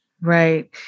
right